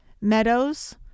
Meadows